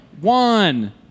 one